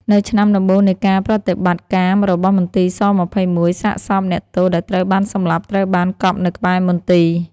នៅឆ្នាំដំបូងនៃការប្រតិបត្តិការរបស់មន្ទីរ ស-២១ សាកសពអ្នកទោសដែលត្រូវបានសម្លាប់ ត្រូវបានកប់នៅក្បែរមន្ទីរ ។